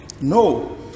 no